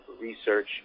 research